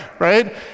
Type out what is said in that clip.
right